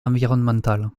environnementale